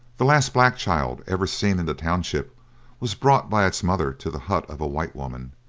the last black child ever seen in the township was brought by its mother to the hut of a white woman.